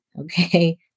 okay